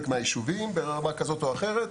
ברמה כזאת או אחרת,